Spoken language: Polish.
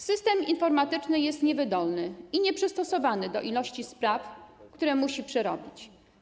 System informatyczny jest niewydolny i nieprzystosowany do ilości spraw, które musi przerobić.